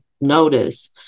notice